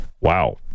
Wow